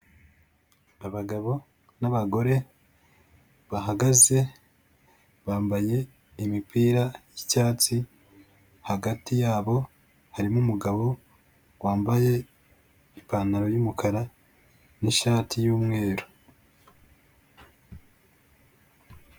Abagabo n'abagore bahagaze bambaye imipira y'icyatsi, hagati yabo harimo umugabo wambaye ipantaro y'umukara n'ishati y'umweru.